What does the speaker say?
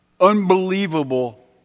unbelievable